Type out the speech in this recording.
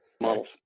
models